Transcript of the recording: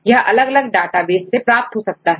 यह अलग अलग डेटाबेस से प्राप्त हो सकता है